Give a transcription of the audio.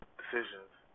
decisions